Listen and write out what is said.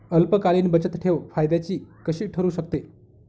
अल्पकालीन बचतठेव फायद्याची कशी ठरु शकते?